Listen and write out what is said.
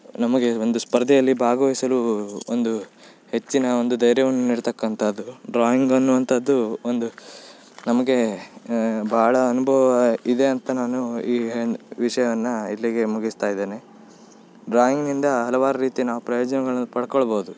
ನಮಗೆ ಒಂದು ಸ್ಪರ್ಧೆಯಲ್ಲಿ ಭಾಗವಹಿಸಲು ಒಂದು ಹೆಚ್ಚಿನ ಒಂದು ಧೈರ್ಯವನ್ನು ನೀಡ್ತಕ್ಕಂಥದ್ದು ಡ್ರಾಯಿಂಗ್ ಅನ್ನುವಂಥದ್ದು ಒಂದು ನಮಗೆ ಭಾಳ ಅನುಭವ ಇದೆ ಅಂತ ನಾನು ಈ ವಿಷಯವನ್ನು ಇಲ್ಲಿಗೆ ಮುಗಿಸ್ತಾ ಇದ್ದೇನೆ ಡ್ರಾಯಿಂಗ್ನಿಂದ ಹಲವಾರು ರೀತಿ ನಾವು ಪ್ರಯೋಜನಗಳನ್ನು ಪಡ್ಕೊಳ್ಬೋದು